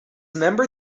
member